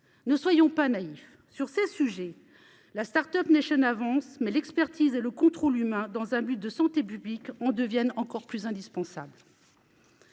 Ne soyons pas naïfs. Sur ces sujets, la avance, mais l'expertise et le contrôle humain dans un but de santé publique deviennent encore plus indispensables.